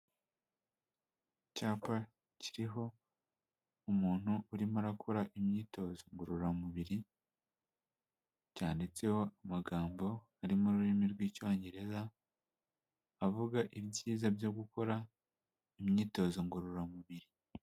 Icyapa kiriho umuntu urimo arakora imyitozo ngororamubiri, cyanditseho amagambo arimo ururimi rw'icyongereza avuga ibyiza byo gukora imyitozo ngororamubiri.